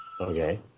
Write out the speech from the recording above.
Okay